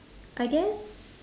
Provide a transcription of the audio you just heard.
I guess